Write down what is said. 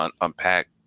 unpack